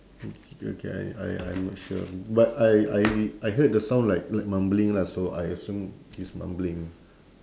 okay okay I I I'm not sure but I I I heard the sound like like mumbling lah so I assume he's mumbling